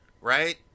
right